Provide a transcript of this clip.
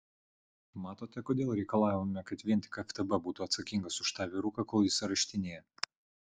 matote kodėl reikalavome kad vien tik ftb būtų atsakingas už tą vyruką kol jis areštinėje